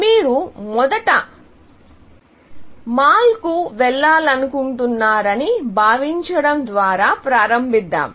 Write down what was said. మీరు మొదట మాల్కు వెళ్లాలనుకుంటున్నారని భావించడం ద్వారా ప్రారంభిద్దాం